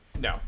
no